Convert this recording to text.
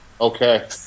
Okay